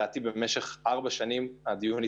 הדיון התנהל במשך ארבע שנים.